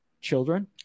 children